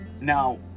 Now